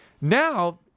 Now